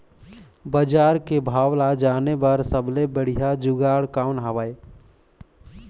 बजार के भाव ला जाने बार सबले बढ़िया जुगाड़ कौन हवय?